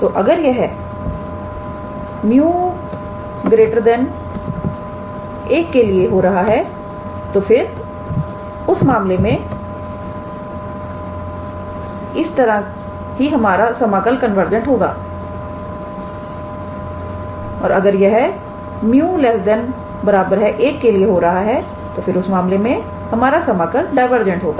तो अगर यह 𝜇 1 के लिए हो रहा तो फिर इस मामले की तरह ही हमारा समाकल कन्वर्जेंट होगा और अगर यह 𝜇 ≤ 1 के लिए हो रहा है तो फिर उस मामले में हमारा समाकल डायवर्जेंट होगा